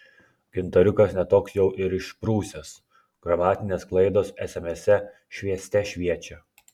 gintariukas ne toks jau ir išprusęs gramatinės klaidos esemese švieste šviečia